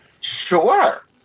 Sure